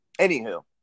anywho